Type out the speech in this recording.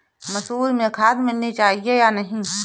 मसूर में खाद मिलनी चाहिए या नहीं?